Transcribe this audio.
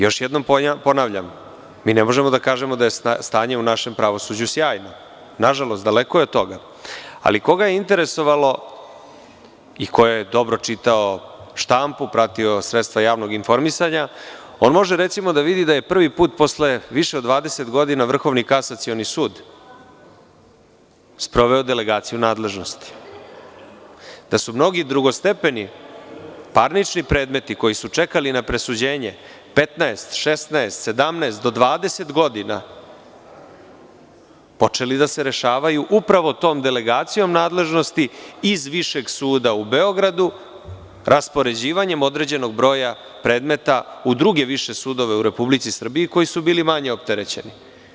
Još jednom ponavljam, mi ne možemo da kažemo da je stanje u našem pravosuđu sjajno, nažalost, daleko je od toga, ali koga interesovalo i ko je dobro čitao štampu, pratio sredstva javnog informisanja, on može recimo da vidi da je prvi put posle više od 20 godina Vrhovni kasacioni sud sproveo delegaciju nadležnosti, da su mnogi drugostepeni parnični predmeti koji su čekali na presuđenje 15,16,17 do 20 godina počeli da se rešavaju upravo tom delegacijom nadležnosti iz Višeg suda Beogradu, raspoređivanjem određenog broja predmeta u druge više sudove u Republici Srbiji koji su bili manje opterećeni.